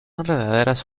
enredaderas